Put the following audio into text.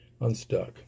Unstuck